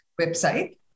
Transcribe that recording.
website